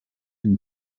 and